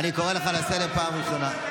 אני קורא אותך לסדר פעם ראשונה.